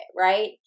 right